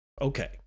Okay